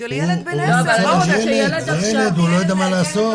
הוא ילד, הוא לא יודע מה לעשות.